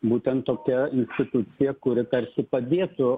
būtent tokia institucija kuri tarsi padėtų